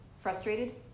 frustrated